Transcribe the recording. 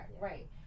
right